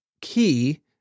key